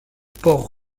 port